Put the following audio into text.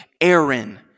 Aaron